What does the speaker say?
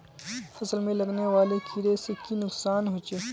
फसल में लगने वाले कीड़े से की नुकसान होचे?